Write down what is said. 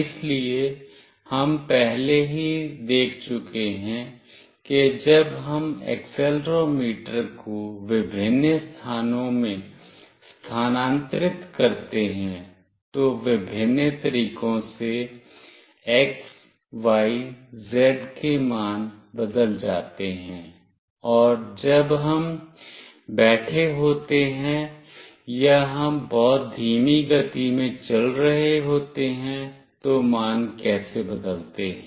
इसलिए हम पहले ही देख चुके हैं कि जब हम एक्सेलेरोमीटर को विभिन्न स्थानों में स्थानांतरित करते हैं तो विभिन्न तरीकों से x y z के मान बदल जाते हैं और जब हम बैठे होते हैं या हम बहुत धीमी गती में चल रहे होते हैं तो मान कैसे बदलते हैं